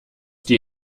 die